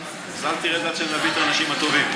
תרד עד שנביא את האנשים הטובים.